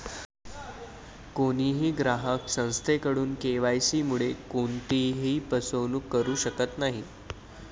कोणीही ग्राहक संस्थेकडून के.वाय.सी मुळे कोणत्याही फसवणूक करू शकत नाही